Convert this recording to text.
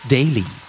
Daily